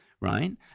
right